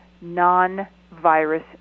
non-virus